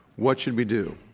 what should we do?